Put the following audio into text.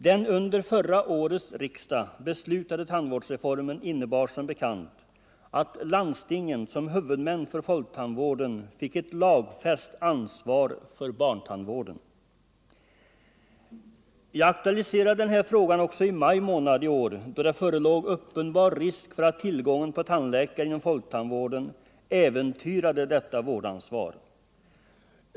Den under förra årets riksdag beslutade tandvårdsreformen innebar som bekant att landstingen som huvudmän för folktandvården fick ett lagfäst ansvar för barntandvården. Jag aktualiserade denna fråga också i maj månad i år, då det förelåg uppenbar risk för att tillgången på tandläkare inom folktandvården äventyrade detta vårdansvar.